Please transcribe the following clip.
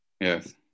Yes